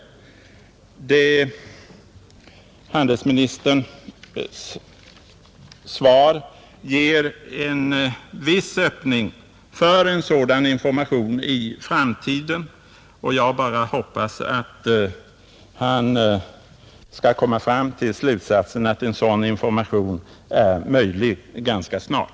Handelsministerns svar ger en viss öppning för en sådan information i framtiden, och jag hoppas bara att han skall komma fram till slutsatsen att det är möjligt att ge sådan information ganska snart.